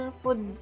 food